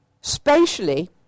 Spatially